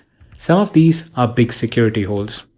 some of these are big security holes.